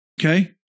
Okay